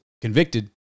Convicted